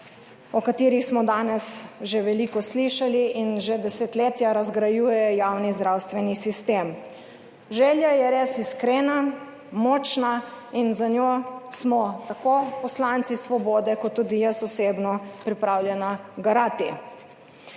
o katerih smo danes že veliko slišali in že desetletja razgrajuje javni zdravstveni sistem. Želja je res iskrena, močna in za njo smo tako poslanci Svobode kot tudi jaz osebno pripravljena garati.